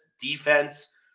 defense